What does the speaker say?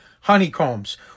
Honeycombs